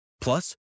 Plus